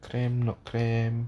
cramp not cramp